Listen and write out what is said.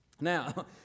Now